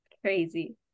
crazy